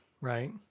right